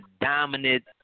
dominant